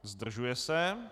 Zdržuje se.